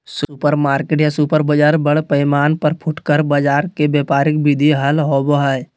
supermarket या super बाजार बड़ पैमाना पर फुटकर बाजार के व्यापारिक विधि हल होबा हई